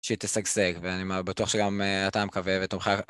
שהיא תשגשג, ואני מא... בטוח שגם אתה מקווה ותומכי...